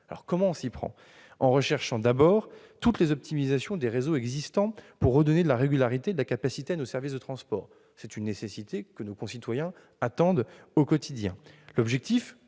Comment s'y prendre ? Il faut rechercher, d'abord, toutes les optimisations des réseaux existants qui peuvent redonner de la régularité et de la capacité à nos services de transports. C'est une nécessité que nos concitoyens attendent au quotidien. L'objectif,